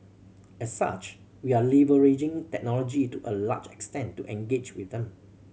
as such we are leveraging technology to a large extent to engage with them